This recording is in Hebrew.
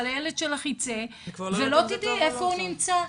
אבל הילד שלך ייצא ולא תדעי איפה הוא נמצא,